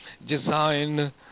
Design